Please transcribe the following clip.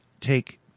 take